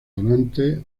donantes